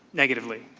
negatively?